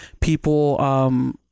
people